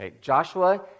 Joshua